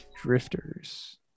Drifters